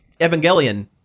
Evangelion